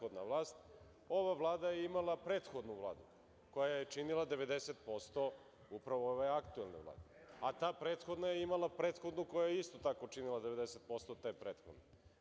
Ova Vlada je imala prethodnu Vladu koja je činila 90% upravo ove aktuelne Vlade, a ta prethodna je imala prethodnu koja je isto tako činila 90% te prethodne.